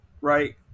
Right